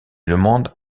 demande